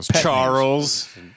Charles